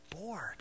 bored